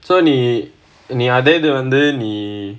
so நீ அது வந்து நீ:nee adhu vanthu nee